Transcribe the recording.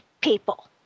people